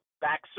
back